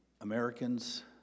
Americans